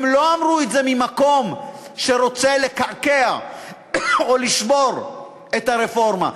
הם לא אמרו את זה ממקום שרוצה לקעקע או לשבור את הרפורמה.